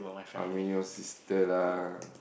I mean your sister lah